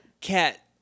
Cat